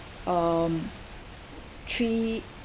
um three